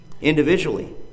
Individually